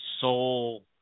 soul